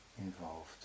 involved